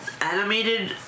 Animated